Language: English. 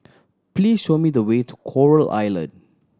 please show me the way to Coral Island